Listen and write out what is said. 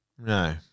No